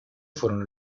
furono